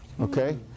Okay